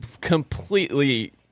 completely